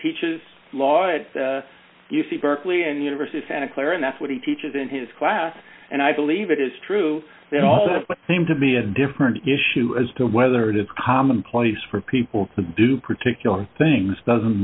teaches law at u c berkeley and university santa clara and that's what he teaches in his class and i believe it is true they also seem to be a different issue as to whether it is commonplace for people to do particular things doesn't